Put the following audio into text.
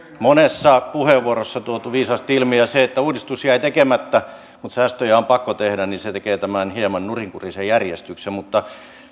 monessa puheenvuorossa tuotu viisaasti ilmi ja se että uudistus jäi tekemättä mutta säästöjä on pakko tehdä tekee tämän hieman nurinkurisen järjestyksen mutta